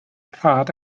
rhad